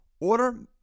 Order